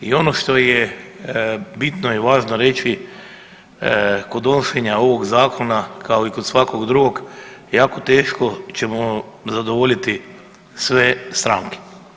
I ono što je bitno i važno reći kod donošenja ovog zakona kao i kod svakog drugog jako teško ćemo zadovoljiti sve stranke.